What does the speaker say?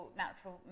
natural